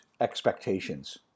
expectations